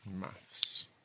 Maths